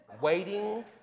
waiting